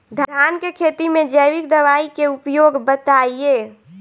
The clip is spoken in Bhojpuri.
धान के खेती में जैविक दवाई के उपयोग बताइए?